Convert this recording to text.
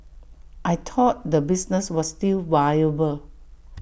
I thought the business was still viable